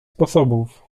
sposobów